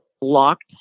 locked